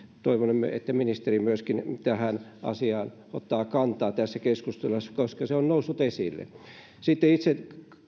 toivomme että ministeri myöskin tähän asiaan ottaa kantaa tässä keskustelussa koska se on noussut esille sitten itse